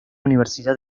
universidad